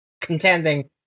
contending